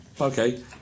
okay